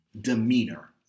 demeanor